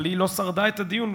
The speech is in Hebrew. אבל היא לא שרדה את הדיון,